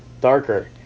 darker